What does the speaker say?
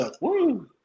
Woo